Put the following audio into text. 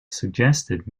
suggested